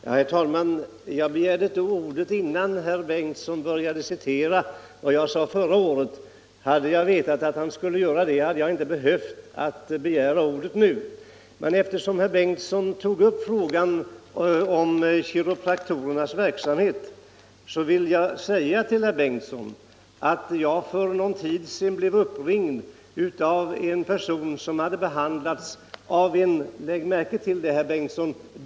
Herr talman! Jag begärde ordet innan herr Bengtsson började citera vad jag sade förra året. Hade jag vetat att han skulle göra det, hade jag inte behövt begära ordet nu. Men eftersom herr Bengtsson tog upp frågan om kiropraktorernas verksamhet vill jag för herr Bengtsson omtala att jag för någon tid sedan blev uppringd av en person som hade behandlats av en — lägg märke till det!